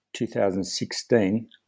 2016